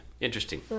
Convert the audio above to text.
Interesting